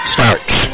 Starts